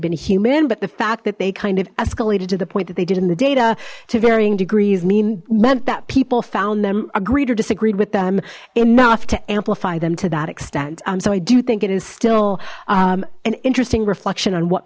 been human but the fact that they kind of escalated to the point that they did in the data to varying degrees mean meant that people found them agreed or disagreed with them enough to amplify them to that extent so i do think it is still an interesting reflection on what